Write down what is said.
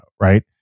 right